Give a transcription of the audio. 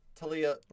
Talia